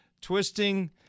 twisting